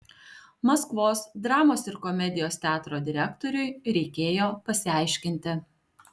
maskvos dramos ir komedijos teatro direktoriui reikėjo pasiaiškinti